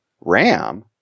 ram